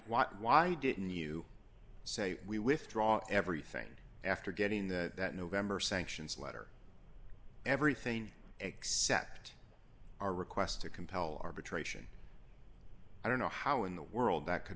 know why didn't you say we withdraw everything after getting that november sanctions letter everything except our request to compel arbitration i don't know how in the world that could